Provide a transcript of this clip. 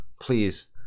Please